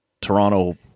Toronto